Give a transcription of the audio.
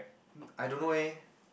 uh I don't know eh